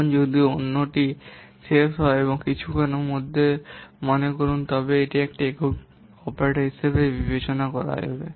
যেমন যদি অন্যটি শেষ হয় এবং কিছুক্ষণের মতো করুন তবে এটিও একক অপারেটর হিসাবে বিবেচিত হবে